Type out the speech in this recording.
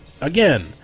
Again